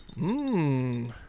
Mmm